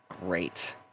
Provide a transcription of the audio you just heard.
Great